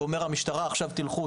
ואומר למשטרה: תלכו,